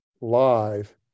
live